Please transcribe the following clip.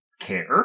care